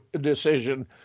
decision